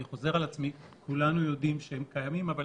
אני חושב שהייתה חיובית בסופו של דבר ואני